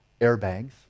airbags